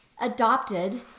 adopted